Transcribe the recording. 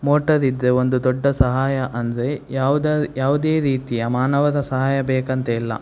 motor ಇದ್ದರೆ ಒಂದು ದೊಡ್ಡ ಸಹಾಯ ಅಂದರೆ ಯಾವ್ದು ಯಾವುದೇ ರೀತಿಯ ಮಾನವನ ಸಹಾಯ ಬೇಕಂತಿಲ್ಲ